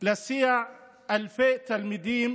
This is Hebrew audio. להסיע אלפי תלמידים